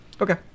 Okay